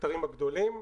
במקטעים הגדולים,